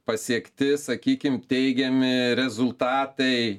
pasiekti sakykim teigiami rezultatai